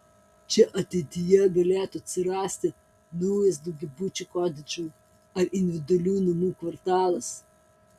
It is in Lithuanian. čia ateityje galėtų atsirasti naujas daugiabučių kotedžų ar individualių namų kvartalas